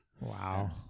Wow